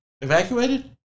evacuated